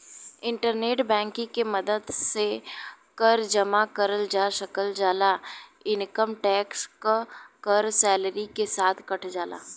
internet banking के मदद से कर जमा करल जा सकल जाला इनकम टैक्स क कर सैलरी के साथ कट जाला